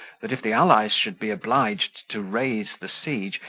that if the allies should be obliged to raise the siege,